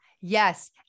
Yes